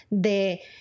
de